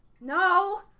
No